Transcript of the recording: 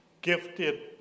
gifted